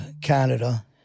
Canada